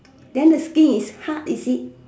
then the skin is hard is it